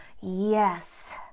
Yes